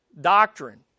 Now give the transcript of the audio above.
doctrine